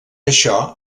això